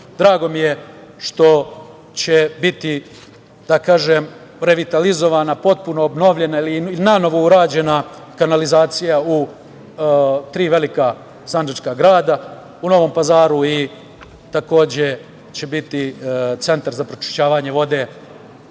Drago mi je što će biti revitalizovana, potpuno obnovljena ili nanovo urađena kanalizacija u tri velika sandžačka grada. U Novom Pazaru će takođe biti centar za pročišćavanje vode,